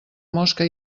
mosca